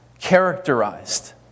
characterized